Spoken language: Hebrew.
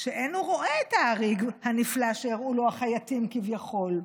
שאין הוא רואה את האריג הנפלא שהראו לו החייטים כביכול.